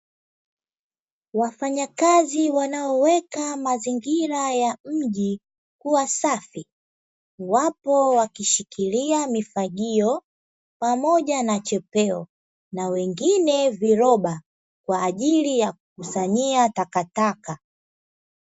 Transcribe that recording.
Wafanyakazi wanaoweka mazingira ya mji kuwa safi, wapo wakishikilia mifagio, pamoja na chepeo na wengine viroba kwa ajili ya kukusanyia takataka.